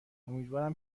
امیدوارم